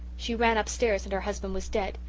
she ran upstairs and her husband was dead.